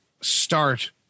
start